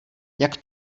jak